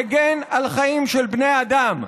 מגן על חיים של בני אדם.